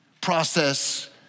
process